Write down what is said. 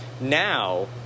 Now